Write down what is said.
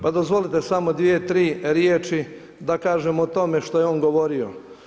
Pa dozvolite samo dvije, tri riječi da kažem o tome što je on govorio.